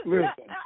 Listen